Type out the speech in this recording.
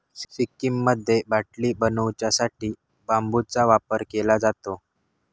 सिक्कीममध्ये बाटले बनवू साठी बांबूचा वापर केलो जाता